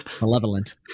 malevolent